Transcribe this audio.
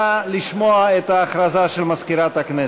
נא לשמוע את ההודעה של מזכירת הכנסת.